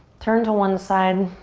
turn to one side,